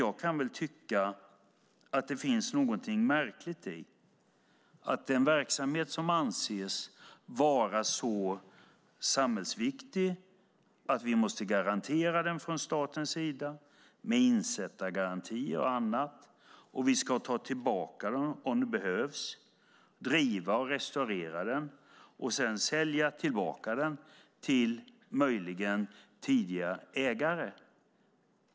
Jag kan tycka att det finns något märkligt i att denna verksamhet, som anses vara så samhällsviktig, från statens sida måste garanteras med insättargaranti och annat och att staten ska ta tillbaka den om det behövs, driva och restaurera den och sedan sälja tillbaka den, möjligen till tidigare ägare.